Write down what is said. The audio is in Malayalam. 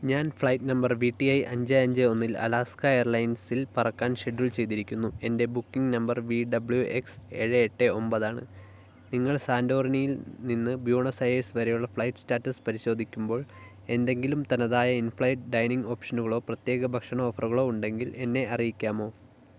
ഞാൻ flight number V T I അഞ്ച് അഞ്ച് ഒന്നിൽ അലാസ്ക എയർലൈൻസിൽ പറക്കാൻ ഷെഡ്യൂൾ ചെയ്തിരിക്കുന്നു എൻ്റെ booking number V W X ഏഴ് എട്ട് ഒൻപതാണ് നിങ്ങൾ സാൻ്റോർണിയിൽ നിന്ന് ബ്യൂണസ് അയേഴ്സ് വരെയുള്ള ഫ്ലൈറ്റ് സ്റ്റാറ്റസ് പരിശോധിക്കുമ്പോൾ എന്തെങ്കിലും തനതായ ഇൻ ഫ്ലൈറ്റ് ഡൈനിംഗ് ഒപ്ഷനുകളോ പ്രത്യേക ഭക്ഷണ ഓഫറുകളോ ഉണ്ടെങ്കിൽ എന്നെ അറിയിക്കാമോ